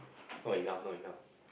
not enough not enough